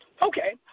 Okay